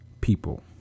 people